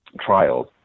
trials